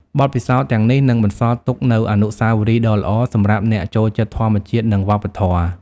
បទពិសោធន៍ទាំងនេះនឹងបន្សល់ទុកនូវអនុស្សាវរីយ៍ដ៏ល្អសម្រាប់អ្នកចូលចិត្តធម្មជាតិ និងវប្បធម៌។